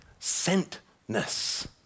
Sentness